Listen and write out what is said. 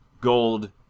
gold